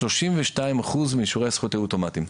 32% מאישורי הזכויות היו אוטומטיים,